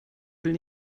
will